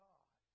God